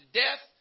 death